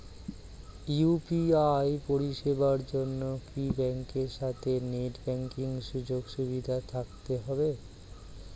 UPI পরিষেবার জন্য কি ব্যাংকের সাথে নেট ব্যাঙ্কিং সুযোগ সুবিধা থাকতে হবে?